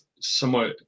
somewhat